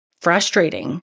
frustrating